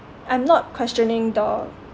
i'm not questioning the